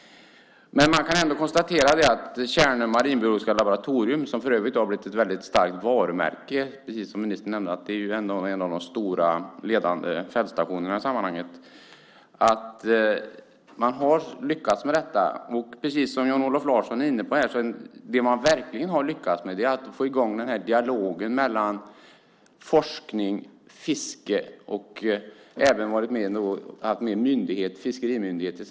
Man kan ändå konstatera att Tjärnö marinbiologiska laboratorium har blivit ett starkt varumärke och är, som ministern nämnde, en av de stora ledande fältstationerna i sammanhanget. Precis som Jan-Olof Larsson sade har man verkligen lyckats med att få i gång en dialog mellan forskning, fiske och även fiskerimyndigheten.